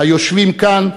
היושבים כאן,